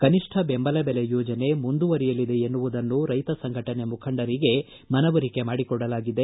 ಕನಿಷ್ಠ ಬೆಂಬಲ ಬೆಲೆ ಯೋಜನೆ ಮುಂದುವರಿಯಲಿದೆ ಎನ್ನುವುದನ್ನು ರೈತ ಸಂಘಟನೆ ಮುಖಂಡರಿಗೆ ಮನವರಿಕೆ ಮಾಡಿಕೊಡಲಾಗಿದೆ